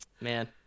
man